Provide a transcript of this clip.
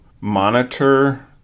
monitor